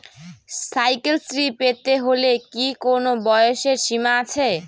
Cycle শ্রী পেতে হলে কি কোনো বয়সের সীমা আছে?